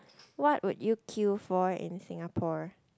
what would you queue for in Singapore